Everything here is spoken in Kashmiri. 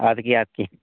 اَدٕ کیٛاہ اَدٕ کیٛاہ